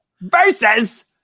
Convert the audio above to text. versus